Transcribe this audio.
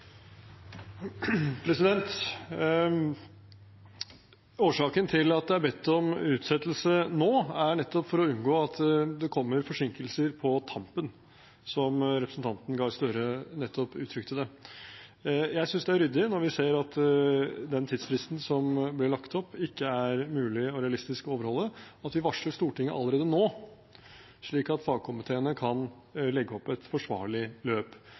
bedt om utsettelse nå, er nettopp for å unngå at det kommer forsinkelser på tampen, som representanten Gahr Støre uttrykte det. Jeg synes det er ryddig – når vi ser at den tidsfristen som ble satt, ikke er mulig og realistisk å overholde – at vi varsler Stortinget allerede nå, slik at fagkomiteene kan legge opp et forsvarlig løp.